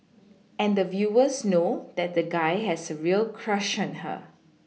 and the viewers know that the guy has a real crush on her